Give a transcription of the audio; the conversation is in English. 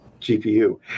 gpu